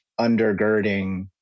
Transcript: undergirding